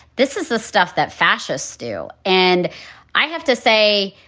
this is the stuff that fascists do. and i have to say,